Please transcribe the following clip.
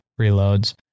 reloads